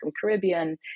Caribbean